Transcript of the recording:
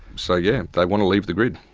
so yeah, they want to leave the grid.